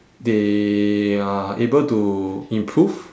they are able to improve